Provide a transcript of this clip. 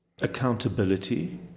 accountability